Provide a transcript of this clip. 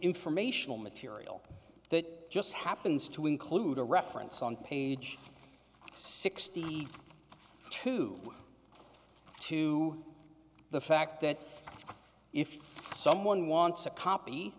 informational material that just happens to include a reference on page sixty two to the fact that if someone wants a copy